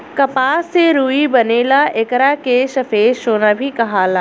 कपास से रुई बनेला एकरा के सफ़ेद सोना भी कहाला